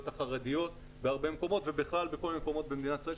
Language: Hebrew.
החרדיות בהרבה מקומות ובכלל בכל מיני מקומות במדינת ישראל,